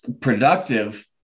productive